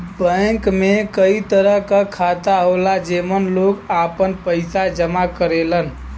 bank में कई तरह क खाता होला जेमन लोग आपन पइसा जमा करेलन